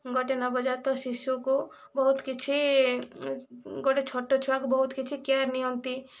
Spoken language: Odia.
ଗୋଟିଏ ନବଜାତ ଶିଶୁକୁ ବହୁତ କିଛି ଗୋଟିଏ ଛୋଟଛୁଆକୁ ବହୁତ କିଛି କେୟାର ନିଅନ୍ତି